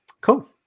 Cool